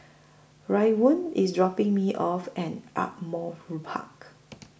Raekwon IS dropping Me off At Ardmore Park